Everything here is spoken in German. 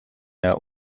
der